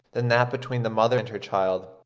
than that between the mother and her child,